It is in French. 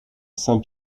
saint